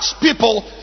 people